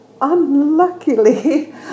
unluckily